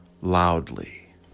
loudly